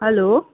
hello